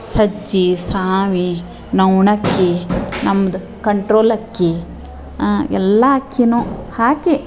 ಸಜ್ಜೆ ಸಾಮೆ ನವಣಕ್ಕಿ ನಮ್ದು ಕಂಟ್ರೋಲ್ ಅಕ್ಕಿ ಎಲ್ಲ ಅಕ್ಕಿನೂ ಹಾಕಿ